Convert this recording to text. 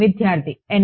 విద్యార్థి n